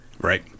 right